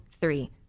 three